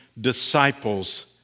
disciples